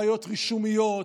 בעיות רישומיות,